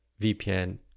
vpn